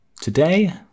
today